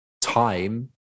time